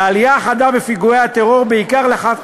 העלייה החדה בפיגועי הטרור בעיקר לאחר